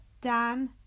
Dan